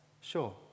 Sure